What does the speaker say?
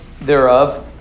thereof